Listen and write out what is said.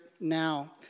now